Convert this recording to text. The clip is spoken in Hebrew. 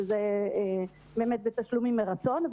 שאלו בתשלומים מרצון,